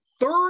third